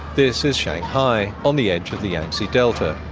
this is shanghai, on the edge of the yangtze delta.